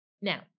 Now